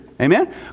amen